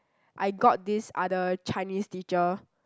I got this other Chinese teacher